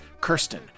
Kirsten